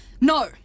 No